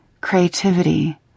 Creativity